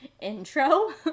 intro